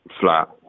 flat